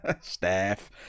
Steph